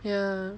ya